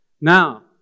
Now